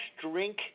drink